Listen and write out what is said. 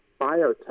biotech